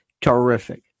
terrific